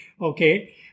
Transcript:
Okay